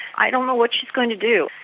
i don't know what she is going to do.